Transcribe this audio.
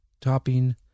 topping